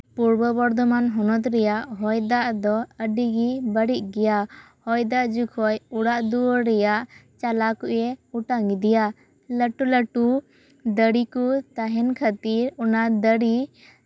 ᱯᱩᱨᱵᱚ ᱵᱚᱨᱫᱷᱚᱢᱟᱱ ᱦᱚᱱᱚᱛ ᱨᱮᱭᱟᱜ ᱦᱚᱭ ᱫᱟᱜ ᱫᱚ ᱟᱹᱰᱤᱜᱮ ᱵᱟᱹᱲᱤᱡ ᱜᱮᱭᱟ ᱦᱚᱭ ᱫᱟᱜ ᱡᱚᱠᱷᱚᱡ ᱚᱲᱟᱜ ᱫᱩᱣᱟᱹᱨ ᱨᱮᱭᱟᱜ ᱪᱟᱞᱟ ᱠᱚᱜᱼᱮ ᱚᱴᱟᱝ ᱤᱫᱤᱭᱟ ᱞᱟᱹᱴᱩ ᱞᱟᱹᱴᱩ ᱫᱟᱨᱮ ᱠᱚ ᱛᱟᱦᱮᱱ ᱠᱷᱟᱹᱛᱤᱨ ᱚᱱᱟ ᱫᱟᱨᱮ